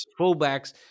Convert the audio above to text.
fullbacks